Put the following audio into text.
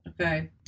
Okay